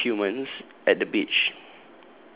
six humans at the beach